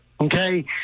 Okay